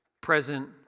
present